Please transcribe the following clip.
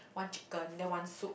one chicken then one soup